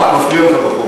מה מפריע לך בחוק?